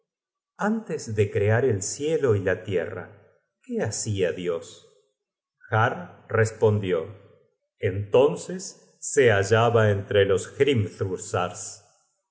antes de crear el cielo y la tierra qué hacia dios har respondió entonces se hallaba entre los